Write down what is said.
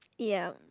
ya